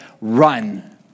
Run